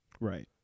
Right